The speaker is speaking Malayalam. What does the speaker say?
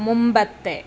മുമ്പത്തെ